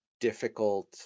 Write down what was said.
difficult